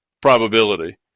probability